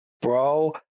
bro